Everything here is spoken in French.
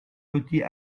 petit